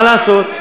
מה לעשות?